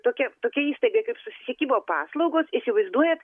tokia tokia įstaiga kaip susisiekimo paslaugos įsivaizduojat